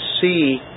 see